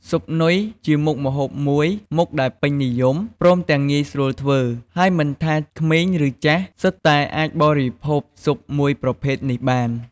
ស៊ុបនុយជាមុខម្ហូបមួយមុខដែលពេញនិយម ព្រមទាំងងាយស្រួលធ្វើ ហើយមិនថាក្មេងឬចាស់ សុទ្ធតែអាចបរិភោគស៊ុបមួយប្រភេទនេះបាន។